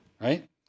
right